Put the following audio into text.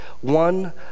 One